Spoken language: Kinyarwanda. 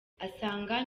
asanga